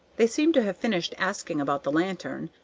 they seemed to have finished asking about the lantern,